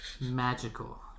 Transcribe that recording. Magical